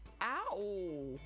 Ow